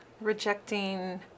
rejecting